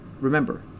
remember